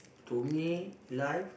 to me life